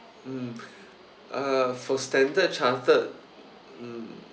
mm uh for standard chartered mm